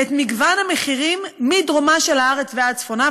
את מגוון המחירים מדרומה של הארץ ועד צפונה,